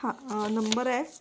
हां नंबर आहे